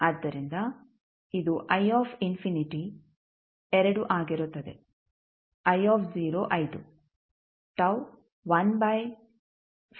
ಆದ್ದರಿಂದ ಇದು 2 ಆಗಿರುತ್ತದೆ 5 τ 1 ಬೈ 15 ಆಗಿರುತ್ತದೆ